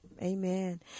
Amen